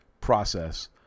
process